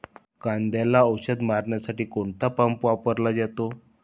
कांद्याला औषध मारण्यासाठी कोणता पंप वापरला जातो?